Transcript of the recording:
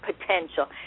potential